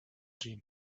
dream